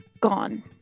gone